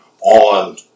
on